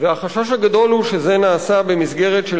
והחשש הגדול הוא שזה נעשה במסגרת של